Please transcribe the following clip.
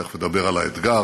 תכף אדבר על האתגר,